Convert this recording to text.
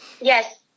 Yes